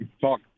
talk